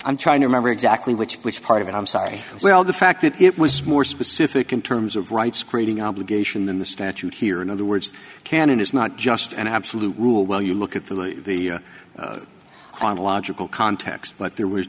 i'm trying to remember exactly which which part of it i'm sorry well the fact that it was more specific in terms of rights creating obligation than the statute here in other words can and is not just an absolute rule while you look at the ontological context but there w